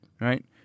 right